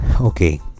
Okay